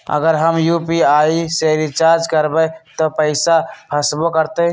अगर हम यू.पी.आई से रिचार्ज करबै त पैसा फसबो करतई?